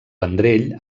vendrell